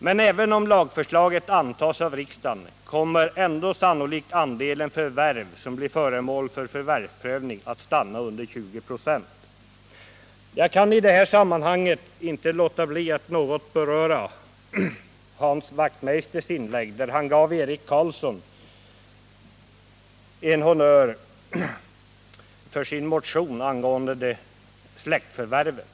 Men även om lagförslaget antas av riksdagen, kommer andelen förvärv som blir föremål för förvärvsprövning ändå sannolikt att stanna under 20 26. Jag kan i detta sammanhang inte underlåta att något beröra Hans Wachtmeisters inlägg, där han gav Eric Carlsson en honnör för hans motion angående släktförvärven.